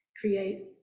Create